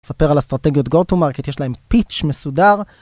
ספר על אסטרטגיות גו טו מרקט יש להם פיץ מסודר.